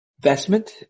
investment